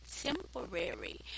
temporary